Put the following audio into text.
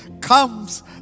comes